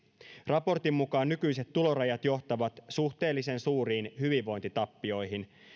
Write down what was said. raportin mukaan nykyiset tulorajat johtavat suhteellisen suuriin hyvinvointitappioihin